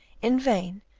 in vain,